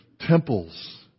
temples